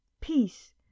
peace